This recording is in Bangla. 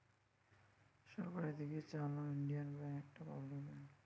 সরকার থিকে চালানো ইন্ডিয়ান ব্যাঙ্ক একটা পাবলিক ব্যাঙ্ক